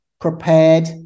prepared